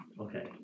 okay